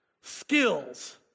skills